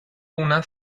una